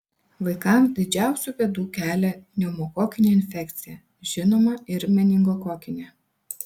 vaikams didžiausių bėdų kelia pneumokokinė infekcija žinoma ir meningokokinė